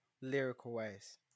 lyrical-wise